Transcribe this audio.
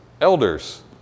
elders